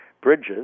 bridges